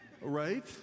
Right